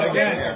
Again